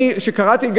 אני כשקראתי,